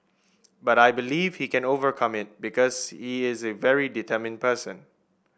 but I believe he can overcome it because he is a very determined person